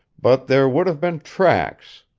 but there would have been tracks.